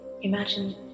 imagine